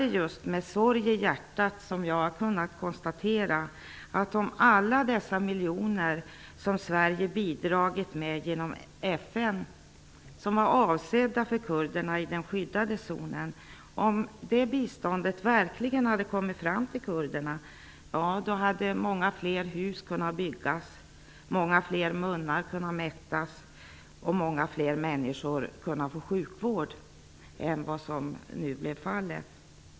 Det är med sorg i hjärtat som jag konstaterar att om alla de miljoner i bistånd som Sverige har bidragit med genom FN, som var avsedda för kurderna i den skyddade zonen, verkligen hade kommit fram till kurderna, då hade många fler hus kunnat byggas, många fler munnar hade kunnat mättas och många fler människor hade kunnat få sjukvård än vad som nu blev fallet.